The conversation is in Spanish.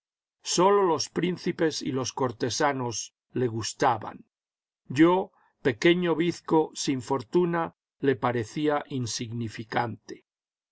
sólo los príncipes y los cortesanos le gustaban yo pequeño bizco sin fortuna le parecía insignificante